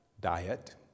diet